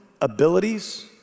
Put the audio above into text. abilities